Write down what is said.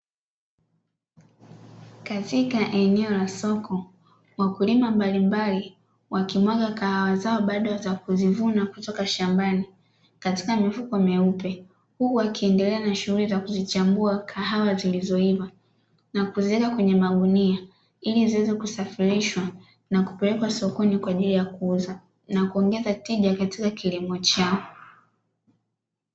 Katika eneo la soko, wakulima mbalimbali wakimwaga kahawa zao baada ya kuzivuna kutoka shambani katika mifuko mieupe, huku wakiendelea na kuzichambua kahawa zilivoiva na kuziweka kwenye magunia ili ziweze kusafirishwa na kupelekwa sokoni kwaajili na kuuza na kuongeza tija katika kilimo chao.